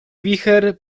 wicher